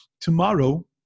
tomorrow